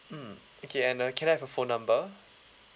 mm okay and uh can I have your phone number